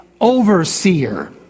overseer